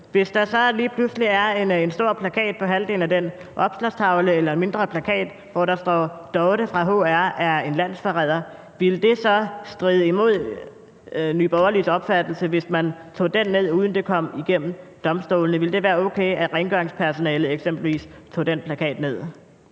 og der så lige pludselig er en stor eller mindre plakat på halvdelen af den opslagstavle, hvor der står, at Dorte fra HR er en landsforræder, ville det så stride imod Nye Borgerliges opfattelse, hvis man tog den plakat ned, uden at det kom igennem domstolene? Ville det være okay, at rengøringspersonalet eksempelvis tog den plakat ned?